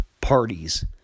parties